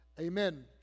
Amen